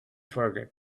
forget